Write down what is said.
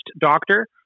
doctor